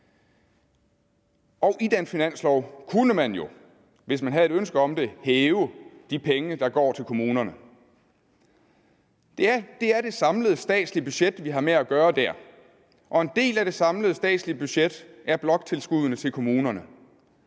og i den finanslov kunne man jo, hvis man havde et ønske om det, hæve de pengebeløb, der går til kommunerne. Det er det samlede statslige budget, vi har med at gøre der, og en del af det samlede statslige budget er bloktilskuddene til kommunerne.